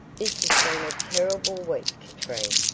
this has been a terrible week, katrine,